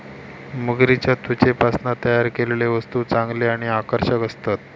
मगरीच्या त्वचेपासना तयार केलेले वस्तु चांगले आणि आकर्षक असतत